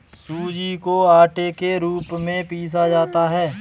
सूजी को आटे के रूप में पीसा जाता है